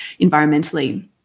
environmentally